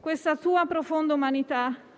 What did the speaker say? Questa sua profonda umanità